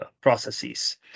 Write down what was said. processes